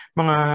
mga